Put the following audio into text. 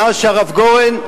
מאז הקים הרב גורן,